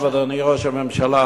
עכשיו, אדוני ראש הממשלה,